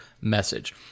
message